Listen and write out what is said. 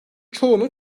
çoğunu